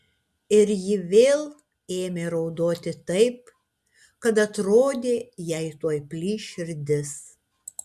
ir ji vėl ėmė raudoti taip kad atrodė jai tuoj plyš širdis